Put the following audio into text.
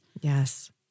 Yes